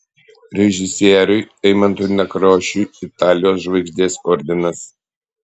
režisieriui eimuntui nekrošiui italijos žvaigždės ordinas